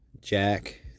Jack